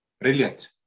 brilliant